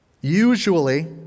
Usually